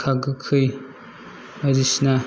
गोखा गोखै बायदिसिना